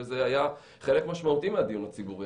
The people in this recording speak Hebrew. וזה היה חלק משמעותי מהדיון הציבורי.